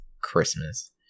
Christmas